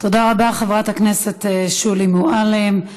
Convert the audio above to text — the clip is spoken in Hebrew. תודה רבה, חברת הכנסת שולי מועלם.